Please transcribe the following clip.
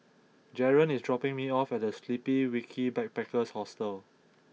Jaren is dropping me off at The Sleepy Kiwi Backpackers Hostel